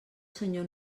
senyor